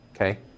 okay